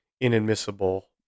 inadmissible